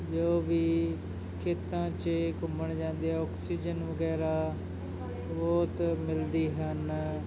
ਜੋ ਵੀ ਖੇਤਾਂ 'ਚ ਘੁੰਮਣ ਜਾਂਦੇ ਆਕਸੀਜਨ ਵਗੈਰਾ ਬਹੁਤ ਮਿਲਦੀ ਹਨ